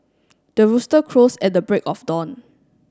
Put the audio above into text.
the rooster crows at the break of dawn